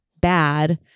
bad